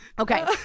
Okay